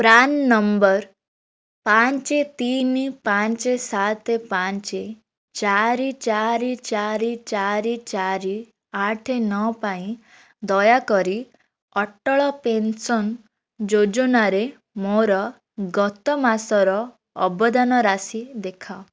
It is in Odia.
ପ୍ରାନ୍ ନମ୍ବର ପାଞ୍ଚେ ତିନି ପାଞ୍ଚେ ସାତେ ପାଞ୍ଚେ ଚାରି ଚାରି ଚାରି ଚାରି ଚାରି ଆଠେ ନଅ ପାଇଁ ଦୟାକରି ଅଟଳ ପେନ୍ସନ୍ ଯୋଜନାରେ ମୋର ଗତ ମାସର ଅବଦାନ ରାଶି ଦେଖାଅ